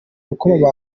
rukoma